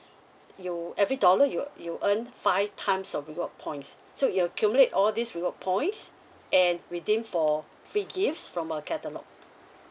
you every dollar you you earn five times of reward points so you accumulate all these reward points and redeem for free gifts from a catalogue